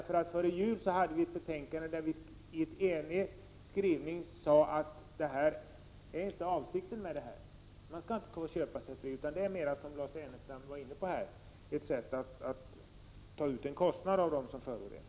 Före jul behandlade vi nämligen ett betänkande med en enig skrivning om att det inte skall gå att köpa sig fri. I stället skall, som Lars Ernestam sade, en kostnad tas ut av dem som förorenar.